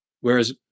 whereas